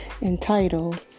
entitled